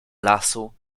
lasu